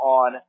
on